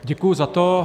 Děkuji za to.